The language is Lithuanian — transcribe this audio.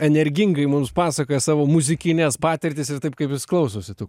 energingai mums pasakoja savo muzikines patirtis ir taip kaip jis klausosi tų